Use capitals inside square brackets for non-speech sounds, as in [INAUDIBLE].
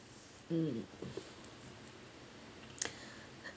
mm [NOISE]